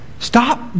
Stop